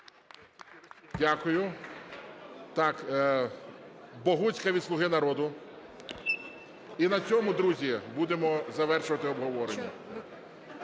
Дякую. Богуцька від "Слуги народу". І на цьому, друзі, будемо завершувати обговорення.